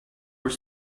were